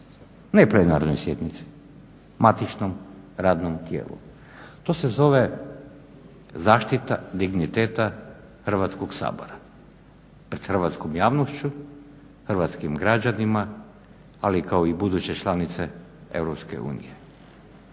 Ne plenarnoj sjednici, matičnom radnom tijelu. To se zove zaštita digniteta Hrvatskog sabora pred hrvatskom javnošću, hrvatskim građanima, ali i kao buduće članice